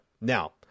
Now